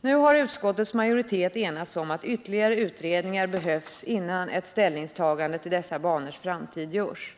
Nu har utskottets majoritet enats om att ytterligare utredningar behövs, innan ett ställningstagande till dessa banors framtid görs.